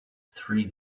three